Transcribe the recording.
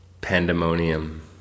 pandemonium